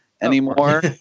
anymore